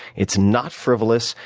it's not frivolous.